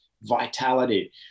vitality